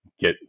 get